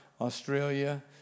Australia